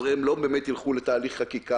הרי הם לא באמת ילכו לתהליך חקיקה.